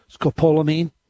scopolamine